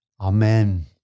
amen